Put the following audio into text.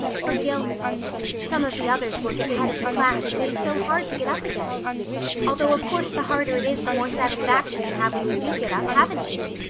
for gil some of the others will get head of the class, and it's so hard to get up again although of course the harder it is the more satisfaction you have when you do get up, haven't you?